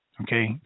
Okay